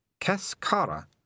Cascara